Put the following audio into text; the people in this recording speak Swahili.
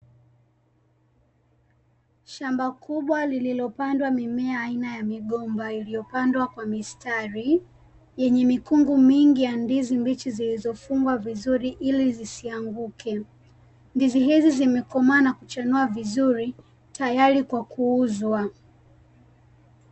Shamba kubwa lililopandwa mimea aina ya migomba iliyopandwa kwa mistari yenye mikungu mingi ya ndizi mbichi zilizofungwa vizuri ili zisianguke, ndizi hizi zimekomaa na kuchanua vizuri tayari kwa kuuzwa .